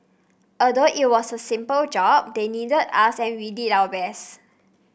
although it was a simple job they needed us and we did our best